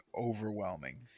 overwhelming